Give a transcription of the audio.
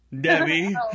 Debbie